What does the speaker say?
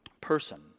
person